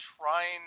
trying